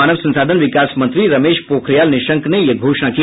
मानव संसाधन विकास मंत्री रमेश पोखरियाल निशंक ने यह घोषणा की